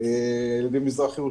ירושלים המזרחית,